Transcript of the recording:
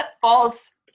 False